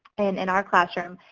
and in our classroom,